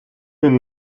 він